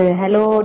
hello